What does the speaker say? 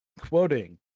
Quoting